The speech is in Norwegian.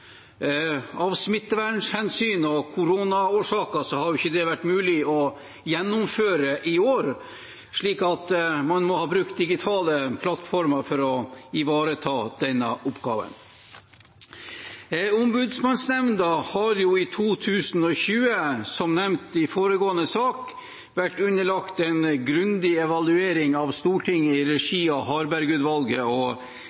Av smittevernhensyn og koronaårsaker har jo ikke det vært mulig å gjennomføre i år, slik at man har måttet bruke digitale plattformer for å ivareta denne oppgaven. Ombudsmannsnemnda har i 2020, som nevnt i forrige sak, vært underlagt en grundig evaluering av Stortinget i regi av Harberg-utvalget og